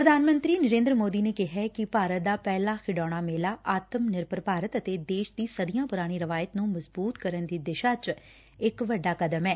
ਪ੍ਰਧਾਨ ਮੰਤਰੀ ਨਰੇਂਦਰ ਮੋਦੀ ਨੇ ਕਿਹੈ ਕਿ ਭਾਰਤ ਦਾ ਪਹਿਲਾ ਖਿਡੌਣਾ ਮੇਲਾ ਆਤਮ ਨਿਰਭਰ ਭਾਰਤ ਅਤੇ ਦੇਸ਼ ਦੀ ਸਦੀਆਂ ਪੁਰਾਣੀ ਰਵਾਇਤ ਨੁੰ ਮਜ਼ਬੁਤ ਕਰਨ ਦੀ ਦਿਸ਼ਾ ਚ ਇਕ ਵੱਡਾ ਕਦਮ ਐ